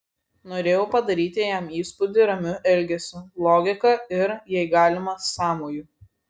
norėjau padaryti jam įspūdį ramiu elgesiu logika ir jei galima sąmoju